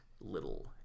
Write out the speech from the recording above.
little